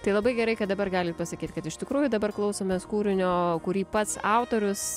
tai labai gerai kad dabar galit pasakyt kad iš tikrųjų dabar klausomės kūrinio kurį pats autorius